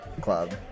club